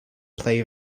play